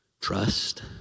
Trust